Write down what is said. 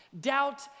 Doubt